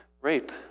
rape